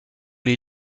les